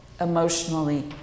emotionally